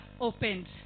opened